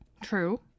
True